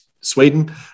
Sweden